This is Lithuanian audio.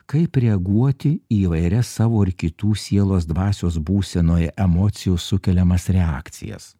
kaip reaguoti į įvairias savo ir kitų sielos dvasios būsenoje emocijų sukeliamas reakcijas